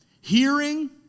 Hearing